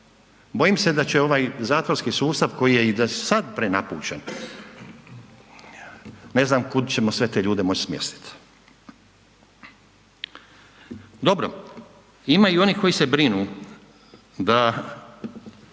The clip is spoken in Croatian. bojim se da će ovaj zatvorski sustav koji je i sad prenapučen, ne znam kud ćemo sve te ljude moći smjestiti. Dobro, ima i onih koji se brinu da,